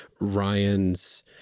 ryan's